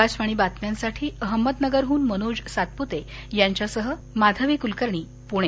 आकाशवाणी बातम्यांसाठी अहमदनगरहन मनोज सातपुते यांच्या सह माधवी कुलकर्णी पुणे